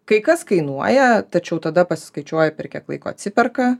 kai kas kainuoja tačiau tada pasiskaičiuoji per kiek laiko atsiperka